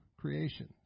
creation